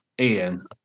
Ian